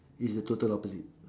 it's the total opposite